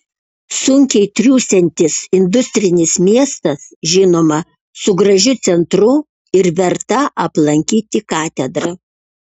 sunkiai triūsiantis industrinis miestas žinoma su gražiu centru ir verta aplankyti katedra